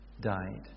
died